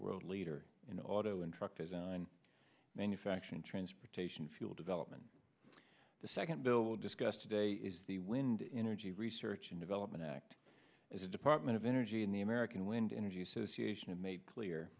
world leader in auto and truck design manufacturing transportation fuel development the second bill discussed today is the wind energy research and development act as a department of energy in the american wind energy association of made clear